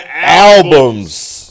albums